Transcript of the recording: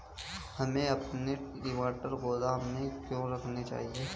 हमें अपने टमाटर गोदाम में क्यों रखने चाहिए?